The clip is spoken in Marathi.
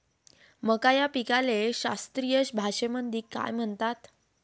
मका या पिकाले शास्त्रीय भाषेमंदी काय म्हणतात?